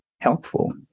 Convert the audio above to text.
helpful